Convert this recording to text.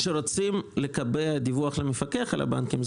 כשרוצים לקבע דיווח למפקח על הבנקים,